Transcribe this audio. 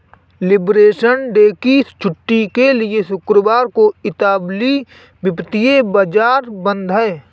liberation Day की छुट्टी के लिए शुक्रवार को इतालवी वित्तीय बाजार बंद हैं